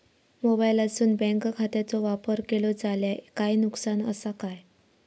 मोबाईलातसून बँक खात्याचो वापर केलो जाल्या काय नुकसान असा काय?